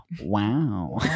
wow